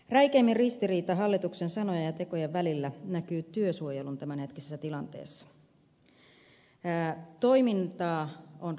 räikeimmin ristiriita hallituksen sanojen ja tekojen välillä näkyy työsuojelun tämänhetkisessä tilanteessa